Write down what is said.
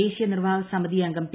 ദേശീയ നിർവാഹക സമിതി അംഗം പി